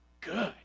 good